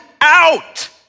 out